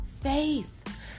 faith